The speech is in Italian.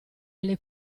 alle